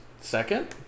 second